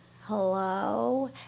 hello